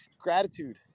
gratitude